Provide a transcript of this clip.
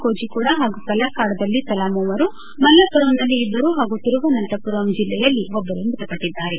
ಕೋಜಿಕ್ಕೊಡ್ನ ಪಲಕ್ಕಾಡದಲ್ಲಿ ತಲಾ ಮೂವರು ಮಲ್ಲತ್ಪುರಯ್ನಲ್ಲಿ ಇಬ್ಬರು ಹಾಗೆ ತಿರುವನಂತಪುರಮ್ ಜಿಲ್ಲೆಯಲ್ಲಿ ಒಬ್ಬರು ಮೃತಪಟ್ಟದ್ದಾರೆ